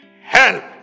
help